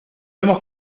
hemos